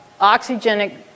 oxygenic